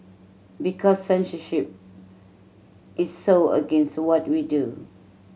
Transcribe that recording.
because censorship is so against what we do